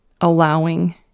allowing